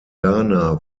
ghana